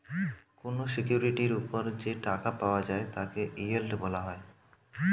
কোন সিকিউরিটির উপর যে টাকা পাওয়া যায় তাকে ইয়েল্ড বলা হয়